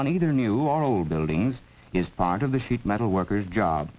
on either new or old buildings is part of the sheet metal workers job